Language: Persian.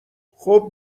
خوب